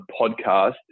podcast